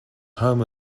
home